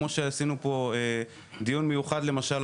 כמו שעשינו פה דיון מיוחד למשל,